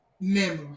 memory